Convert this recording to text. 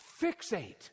fixate